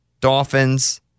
Dolphins